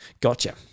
gotcha